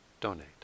donate